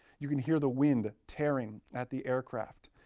you can hear the wind tearing at the aircraft.